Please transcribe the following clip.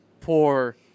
poor